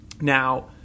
Now